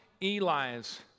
Eli's